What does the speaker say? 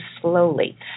slowly